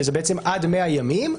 שזה עד מאה ימים,